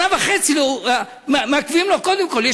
שנה וחצי מעכבים לו, קודם כול.